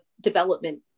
development